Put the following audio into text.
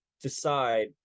decide